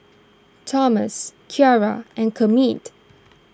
Tomas Kiara and Kermit